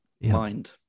mind